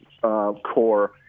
core